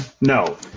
no